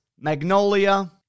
Magnolia